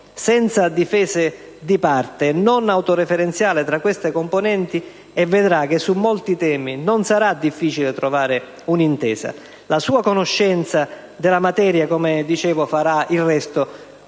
senza difese di parte e non autoreferenziale tra queste componenti, e vedrà che su molti temi non sarà difficile trovare un'intesa. La sua conoscenza della materia, come dicevo, farà il resto.